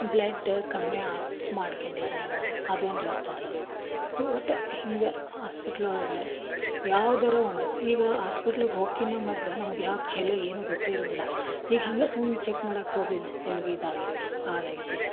blood ಕಮ್ಮಿ ಆ ಮಾಡ್ಕ್ಯಂಡಿರ ನೀವು ಅದು ಒಂದು ಹೇಳ್ತಾರೆ ಒಟ್ಟು ಹಿಂಗೆ ಹಾಸ್ಪಿಟ್ಲ್ ಒಳಗೆ ಯಾವುದಾರು ಒಂದು ಈಗ ಹಾಸ್ಪಿಟ್ಲ್ ಹೋಗ್ಕಿನ್ನ ಮೊದಲು ನಮ್ಗೆ ಯಾವ ಕಾಯ್ಲೆ ಏನು ಗೊತ್ತು ಇರೋಂಗಿಲ್ಲ ಈಗ ಹಾಗೆ ಸುಮ್ನೆ ಚೆಕ್ ಮಾಡಕ್ಕೆ ಹೋದ್ವಿ ಅನ ನಿಮ್ಗೆ ಇದಾಗೈತೆ ಹಾಗೈತೆ